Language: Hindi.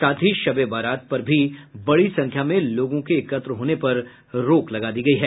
साथ ही शब ए बरात पर भी बड़ी संख्या में लोगों के एकत्र होने पर रोक लगा दी गयी है